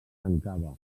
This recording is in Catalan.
tancava